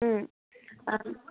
আৰু